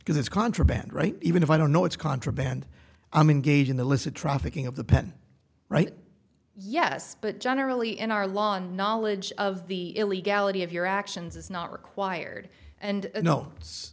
because it's contraband right even if i don't know it's contraband i'm engaged in the lissa trafficking of the pen right yes but generally in our law knowledge of the illegality of your actions is not required and you know it's